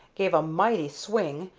gave a mighty swing,